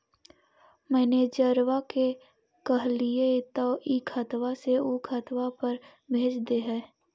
मैनेजरवा के कहलिऐ तौ ई खतवा से ऊ खातवा पर भेज देहै?